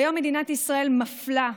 כיום מדינת ישראל מפלה,